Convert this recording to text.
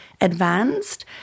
advanced